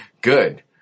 Good